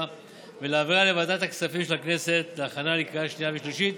ולהעבירה לוועדת הכספים של הכנסת להכנה לקריאה שנייה ושלישית.